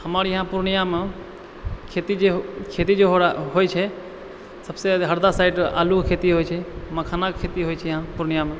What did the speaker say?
हमर यहाँ पूर्णियामे खेती जे होइ छै सबसँ ज्यादा हरदा साइड आलूके खेती होइ छै मखानाके खेती होइ छै यहाँ पूर्णियामे